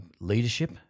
leadership